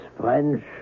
French